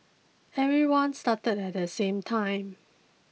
everyone started at the same time